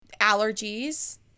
allergies